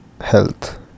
health